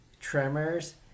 Tremors